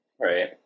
right